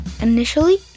Initially